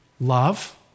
love